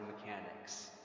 mechanics